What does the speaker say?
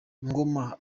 ngoma